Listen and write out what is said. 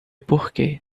porque